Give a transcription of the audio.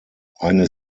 eine